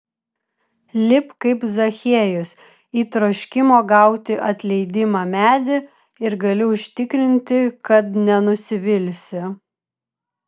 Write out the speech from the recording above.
lipk kaip zachiejus į troškimo gauti atleidimą medį ir galiu užtikrinti kad nenusivilsi